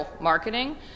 marketing